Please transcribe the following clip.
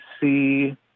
see